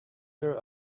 your